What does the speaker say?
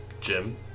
Jim